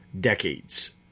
decades